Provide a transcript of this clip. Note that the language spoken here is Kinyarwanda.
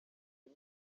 izi